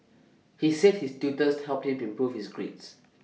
he said his tutors helped him improve his grades